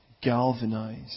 galvanize